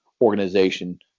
organization